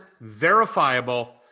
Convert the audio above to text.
verifiable